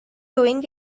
doing